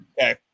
Okay